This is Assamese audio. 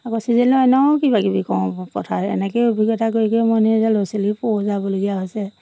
আকৌ ছিজনলৈ অন্য়ও কিবা কিবি কৰো পথাৰত এনেকেই অভিজ্ঞতা কৰি কৰি মই নিজে ল'ৰা ছোৱালীও পোহ যাবলগীয়া হৈছে